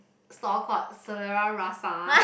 stall called Selera Rasa